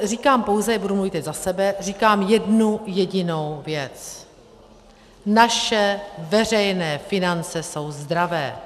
Říkám pouze budu mluvit teď za sebe říkám jednu jedinou věc: Naše veřejné finance jsou zdravé.